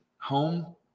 home